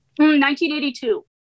1982